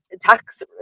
tax